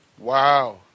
Wow